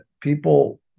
people